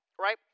right